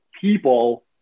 people